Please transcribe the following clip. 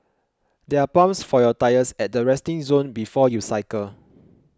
there are pumps for your tyres at the resting zone before you cycle